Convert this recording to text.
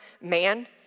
man